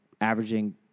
averaging